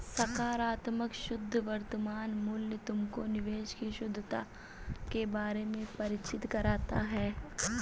सकारात्मक शुद्ध वर्तमान मूल्य तुमको निवेश की शुद्धता के बारे में परिचित कराता है